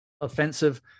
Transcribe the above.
offensive